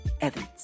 Evans